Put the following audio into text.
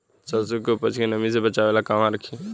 सरसों के उपज के नमी से बचावे ला कहवा रखी?